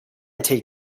take